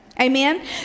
Amen